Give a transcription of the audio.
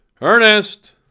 Ernest